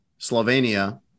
Slovenia